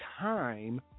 time